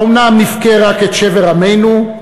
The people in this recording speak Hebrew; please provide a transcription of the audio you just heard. האומנם נבכה רק את שבר עמנו,